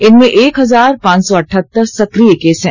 इनमें एक हजार पांच सौ अठहतर सक्रिय केस हैं